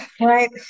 Right